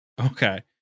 Okay